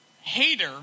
Hater